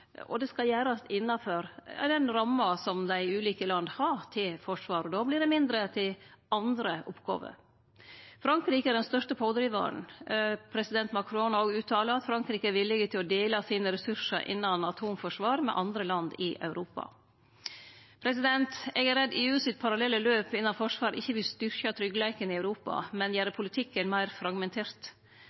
skal gjerast innanfor den ramma som dei ulike landa har til forsvar, og då vert det mindre til andre oppgåver. Frankrike er den største pådrivaren. President Macron har uttala at Frankrike er villig til å dele sine resursar innan atomforsvar med andre land i Europa. Eg er redd EU sitt parallelle løp innan forsvar ikkje vil styrkje tryggleiken i Europa, men gjere politikken meir fragmentert.